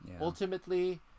ultimately